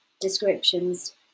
descriptions